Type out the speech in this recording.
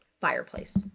fireplace